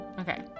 Okay